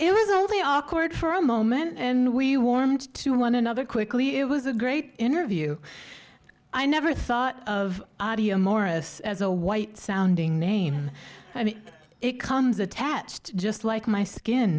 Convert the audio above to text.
it was only awkward for a moment and we warmed to one another quickly it was a great interview i never thought of morris as a white sounding name i mean it comes attached just like my skin